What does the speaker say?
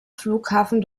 flughafen